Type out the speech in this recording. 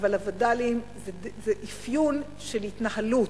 אבל הווד"לים זה אפיון של התנהלות,